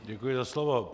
Děkuji za slovo.